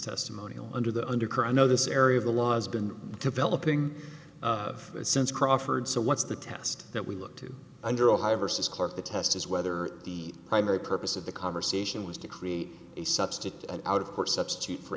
testimonial under the undercurrent no this area of the laws been developing of a sense crawford so what's the test that we look to under ohio versus clark the test is whether the primary purpose of the conversation was to create a substitute an out of court substitute for